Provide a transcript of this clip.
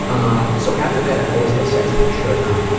ah so after that i always had sex with a shirt on.